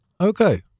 Okay